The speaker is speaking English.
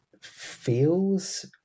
feels